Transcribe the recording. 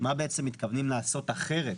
מה מתכוונים לעשות אחרת